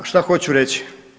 Šta hoću reći?